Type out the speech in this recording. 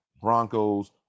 Broncos